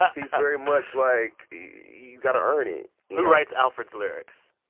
ah he's very much like, you got to earn it who writes alfred's lyrics?